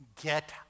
get